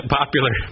popular